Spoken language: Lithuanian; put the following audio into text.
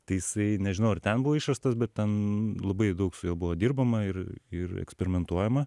tai jisai nežinau ar ten buvo išrastas bet ten labai daug su juo buvo dirbama ir ir eksperimentuojama